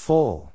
Full